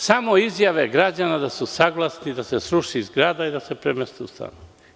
Samo izjave građana da su saglasni da se sruši zgrada i da se premesti u stanove.